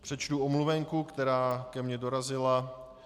Přečtu omluvenku, která ke mně dorazila.